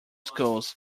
schools